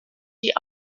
die